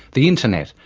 the internet,